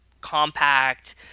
compact